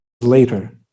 later